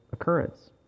occurrence